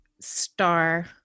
star